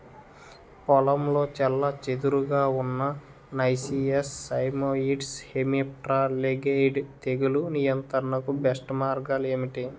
పొలంలో చెల్లాచెదురుగా ఉన్న నైసియస్ సైమోయిడ్స్ హెమిప్టెరా లైగేయిడే తెగులు నియంత్రణకు బెస్ట్ మార్గాలు ఏమిటి?